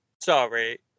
sorry